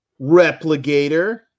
Replicator